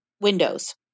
windows